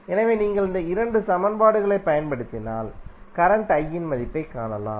எனவே நீங்கள் இந்த 2 சமன்பாடுகளைப் பயன்படுத்தினால் கரண்ட் I இன் மதிப்பைக் காணலாம்